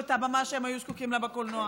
את הבמה שהם היו זקוקים לה בקולנוע,